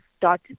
dot